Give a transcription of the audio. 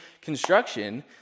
construction